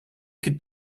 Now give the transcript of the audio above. could